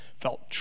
felt